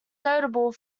notable